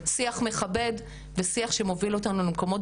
שיח מכבד ושיח שמוביל אותנו למקומות